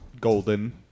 Golden